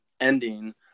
ending